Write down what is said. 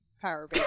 Power